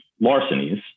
larcenies